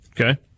Okay